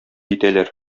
итәләр